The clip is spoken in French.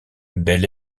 bel